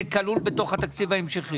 זה כלול בתוך התקציב ההמשכי?